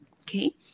Okay